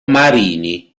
marini